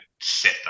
set